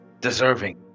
deserving